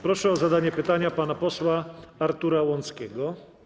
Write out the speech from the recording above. Proszę o zadanie pytania pana posła Artura Łąckiego.